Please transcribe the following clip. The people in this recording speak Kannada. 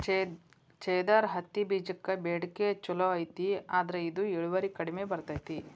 ಜೇದರ್ ಹತ್ತಿಬೇಜಕ್ಕ ಬೇಡಿಕೆ ಚುಲೋ ಐತಿ ಆದ್ರ ಇದು ಇಳುವರಿ ಕಡಿಮೆ ಬರ್ತೈತಿ